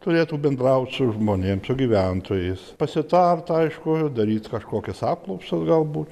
turėtų bendraut su žmonėm su gyventojais pasitarti aišku ir daryt kažkokias apklausas galbūt